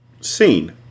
seen